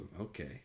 okay